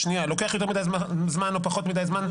לוקח לו יותר מדי זמן או פחות מדי זמן,